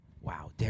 Wow